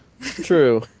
True